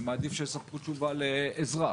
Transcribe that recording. אני מעדיף שיספקו תשובה לאזרח.